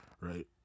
right